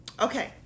okay